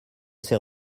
s’est